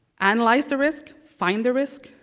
analyze the risk, find the risk,